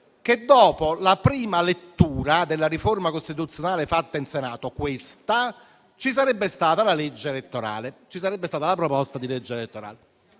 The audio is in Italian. che dopo la prima lettura della riforma costituzionale fatta in Senato - quella che stiamo facendo adesso - ci sarebbe stata la proposta di legge elettorale.